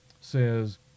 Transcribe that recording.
says